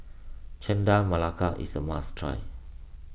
Chendol Melaka is a must try